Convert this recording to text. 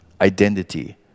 identity